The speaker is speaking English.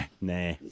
Nah